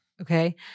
okay